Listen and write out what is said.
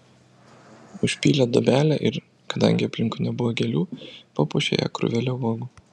užpylė duobelę ir kadangi aplinkui nebuvo gėlių papuošė ją krūvele uogų